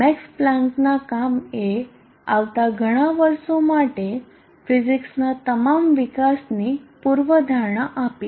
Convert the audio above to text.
max પ્લાન્કના કામ એ આવતા ઘણા વર્ષો માટે ફીઝિક્સના તમામ વિકાસની પૂર્વધારણા આપી